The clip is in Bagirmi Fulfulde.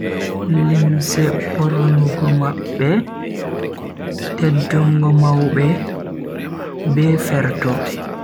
Limse bornugo mabbe, teddungo maube be ferto.